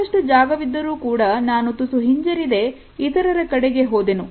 ಸಾಕಷ್ಟು ಜಾಗವಿದ್ದರೂ ಕೂಡ ನಾನು ತುಸು ಹಿಂಜರಿದೆ ಇತರರ ಕಡೆಗೆ ಹೋದನು